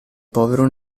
povero